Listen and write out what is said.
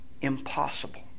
Impossible